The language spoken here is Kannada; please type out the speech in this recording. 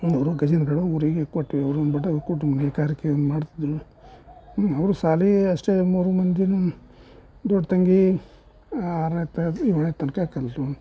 ಅವರು ಗಜೇಂದ್ರಗಢ ಊರಿಗೆ ಕೊಟ್ವಿ ಅವರು ಬಡ ಕುಟುಂಬ ನೇಕಾರಿಕೆ ಮಾಡ್ತಿದ್ದರು ಅವರು ಶಾಲಿ ಅಷ್ಟೇ ಮೂರು ಮಂದಿಯೂ ದೊಡ್ಡ ತಂಗಿ ಆರನೇ ತನ ಏಳನೇ ತನಕ ಕಲ್ತ್ಳು